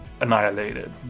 annihilated